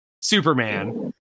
Superman